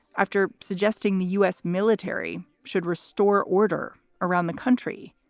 after suggesting the u s. military should restore order around the country,